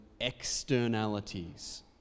externalities